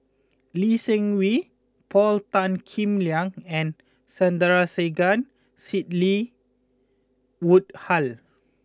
Lee Seng Wee Paul Tan Kim Liang and Sandrasegaran Sidney Woodhull